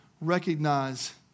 recognize